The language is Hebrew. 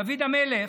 דוד המלך,